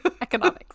economics